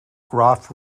graf